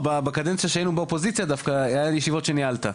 בקדנציה שהיינו באופוזיציה דווקא היו ישיבות שניהלת.